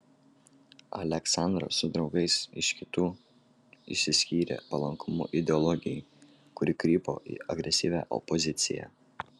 aleksandras su draugais iš kitų išsiskyrė palankumu ideologijai kuri krypo į agresyvią opoziciją